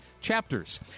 chapters